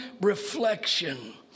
reflection